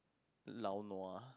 lao lua